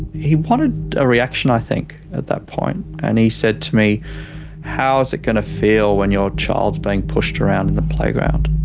he wanted a reaction i think at that point and he said to me how's it going to feel when your child is being pushed around in the playground?